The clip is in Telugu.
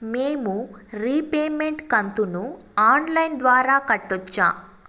మేము రీపేమెంట్ కంతును ఆన్ లైను ద్వారా కట్టొచ్చా